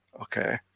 okay